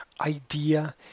idea